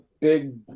big